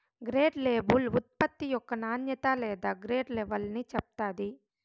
grade label ఉత్పత్తి యొక్క నాణ్యత లేదా గ్రేడ్ లెవల్ని చెప్తాది